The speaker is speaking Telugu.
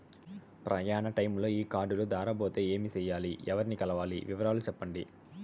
ప్రయాణ టైములో ఈ కార్డులు దారబోతే ఏమి సెయ్యాలి? ఎవర్ని కలవాలి? వివరాలు సెప్పండి?